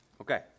Okay